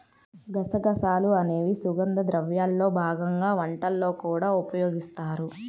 గసగసాలు అనేవి సుగంధ ద్రవ్యాల్లో భాగంగా వంటల్లో కూడా ఉపయోగిస్తారు